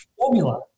formula